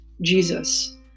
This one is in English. Jesus